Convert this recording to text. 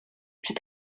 przed